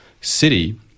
city